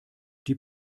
die